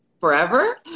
forever